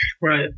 Right